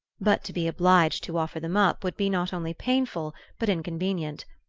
but to be obliged to offer them up would be not only painful but inconvenient.